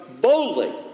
boldly